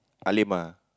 Halimah